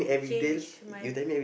change my